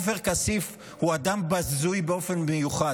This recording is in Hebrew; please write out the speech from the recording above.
עופר כסיף הוא אדם בזוי באופן מיוחד.